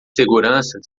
segurança